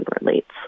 relates